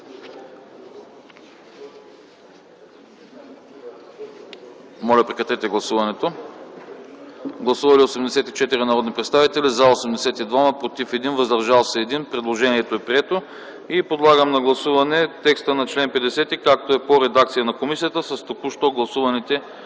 Моля, гласувайте. Гласували 84 народни представители: за 82, против 1, въздържал се 1. Предложението е прието. Подлагам на гласуване текста на чл. 50, както е по редакция на комисията, с току-що гласуваните